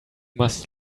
must